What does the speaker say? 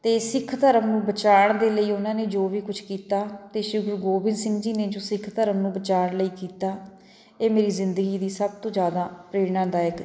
ਅਤੇ ਸਿੱਖ ਧਰਮ ਨੂੰ ਬਚਾਉਣ ਦੇ ਲਈ ਉਹਨਾਂ ਨੇ ਜੋ ਵੀ ਕੁਛ ਕੀਤਾ ਅਤੇ ਸ਼੍ਰੀ ਗੁਰੂ ਗੋਬਿੰਦ ਸਿੰਘ ਜੀ ਨੇ ਜੋ ਸਿੱਖ ਧਰਮ ਨੂੰ ਬਚਾਉਣ ਲਈ ਕੀਤਾ ਇਹ ਮੇਰੀ ਜ਼ਿੰਦਗੀ ਦੀ ਸਭ ਤੋਂ ਜ਼ਿਆਦਾ ਪ੍ਰੇਰਨਾਦਾਇਕ